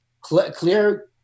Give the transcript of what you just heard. clear